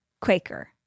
Quaker